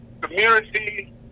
community